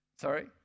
Sorry